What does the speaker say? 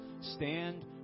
stand